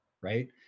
right